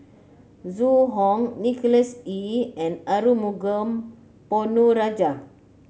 Zhu Hong Nicholas Ee and Arumugam Ponnu Rajah